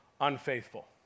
unfaithful